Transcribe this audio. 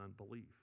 unbelief